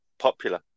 popular